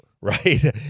right